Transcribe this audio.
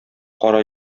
кара